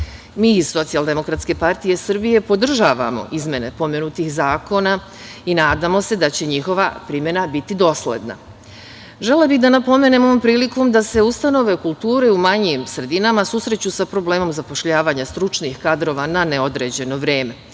iz Socijaldemokratske partije Srbije podržavamo izmene pomenutih zakona i nadamo se da će njihova primena biti dosledna. Želela bih da napomenem ovom prilikom da se ustanove kulture u manjim sredinama susreću sa problemom zapošljavanja stručnih kadrova na neodređeno vreme.